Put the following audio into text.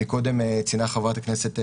קודם ציינה חברת הכנסת שפק,